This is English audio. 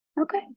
Okay